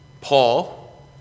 Paul